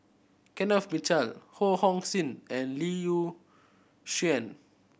Kenneth Mitchell Ho Hong Sing and Lee Shyan